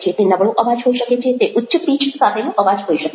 તે નબળો અવાજ હોઈ શકે છે તે ઉચ્ચ પિચ સાથેનો અવાજ હોઈ શકે છે